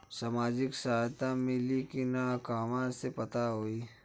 सामाजिक सहायता मिली कि ना कहवा से पता होयी?